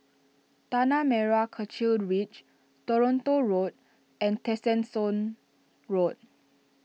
Tanah Merah Kechil Ridge Toronto Road and Tessensohn Road